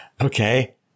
okay